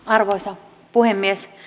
arvoisa puhemies